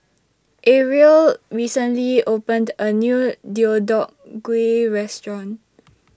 Arielle recently opened A New Deodeok Gui Restaurant